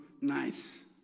nice